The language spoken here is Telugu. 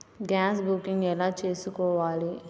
గ్యాస్ బుకింగ్ ఎలా చేసుకోవాలి?